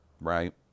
right